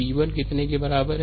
V 1 कितने के बराबर है